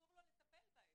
אסור לו לטפל בהם.